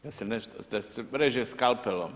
Da se nešto reže skalpelom.